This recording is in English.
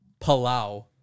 Palau